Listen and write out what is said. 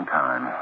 time